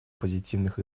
позитивных